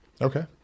Okay